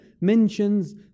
mentions